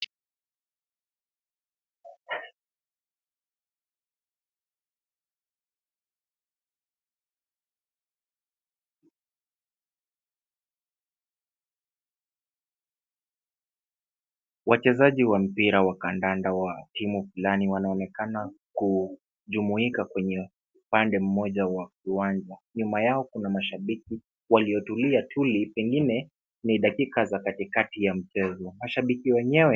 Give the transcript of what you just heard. Wachezaji wa mpira wa kandanda wa timu fulani wanaonekana kujumuika kwenye upande mmoja wa uwanja. Nyuma yao kuna mashabiki waliotulia tuli pengine ni dakika za katikati ya mchezo. Mashabiki wenyewe...